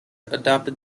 adopted